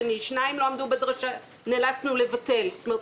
שניים לא עמדו בתנאים בסוף נאלצנו לבטל את פרסומם.